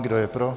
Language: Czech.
Kdo je pro?